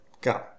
go